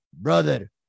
brother